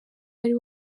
ari